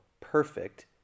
perfect